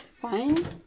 Fine